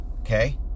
okay